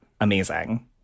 amazing